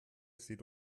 seht